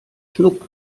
schnuck